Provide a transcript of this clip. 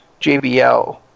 JBL